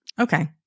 Okay